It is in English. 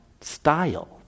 style